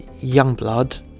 Youngblood